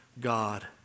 God